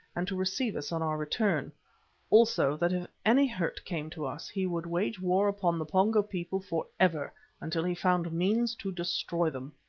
and to receive us on our return also that if any hurt came to us he would wage war upon the pongo people for ever until he found means to destroy them.